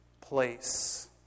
place